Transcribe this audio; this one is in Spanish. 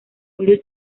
blood